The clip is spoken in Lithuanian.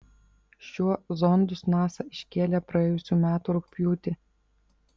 šiuo zondus nasa iškėlė praėjusių metų rugpjūtį